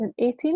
2018